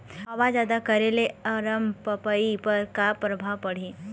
हवा जादा करे ले अरमपपई पर का परभाव पड़िही?